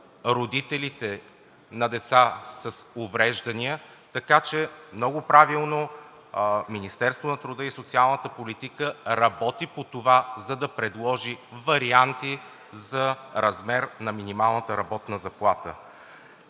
родителите на деца с увреждания, така че много правилно Министерството на труда и социалната политика работи по това да предложи варианти за размер на минималната работна заплата.